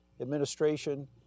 administration